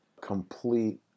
complete